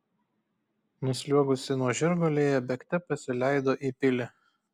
nusliuogusi nuo žirgo lėja bėgte pasileido į pilį